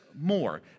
more